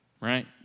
right